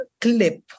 clip